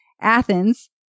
Athens